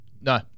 No